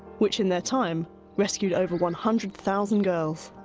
which in their time rescued over one hundred thousand girls.